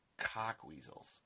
Cockweasels